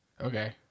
Okay